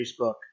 Facebook